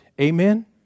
Amen